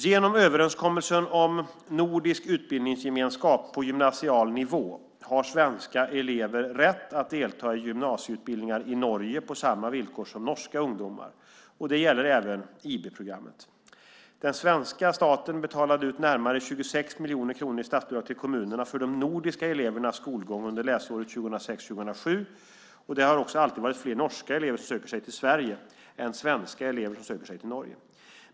Genom överenskommelsen om nordisk utbildningsgemenskap på gymnasial nivå har svenska elever rätt att delta i gymnasieutbildningar i Norge på samma villkor som norska ungdomar. Det gäller även IB-programmet. Den svenska staten betalade ut närmare 26 miljoner kronor i statsbidrag till kommunerna för de nordiska elevernas skolgång under läsåret 2006/07. Det har också alltid varit fler norska elever som söker sig till Sverige än svenska elever som söker sig till Norge.